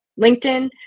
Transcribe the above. LinkedIn